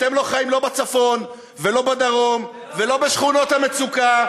אתם לא חיים בצפון ולא בדרום ולא בשכונות המצוקה,